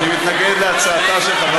ואני מתנגד להצעתה של חברת הכנסת,